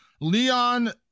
Leon